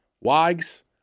Wags